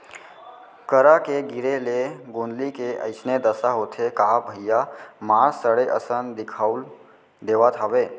करा के गिरे ले गोंदली के अइसने दसा होथे का भइया मार सड़े असन दिखउल देवत हवय